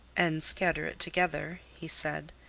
and scatter it together, he said.